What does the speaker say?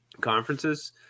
conferences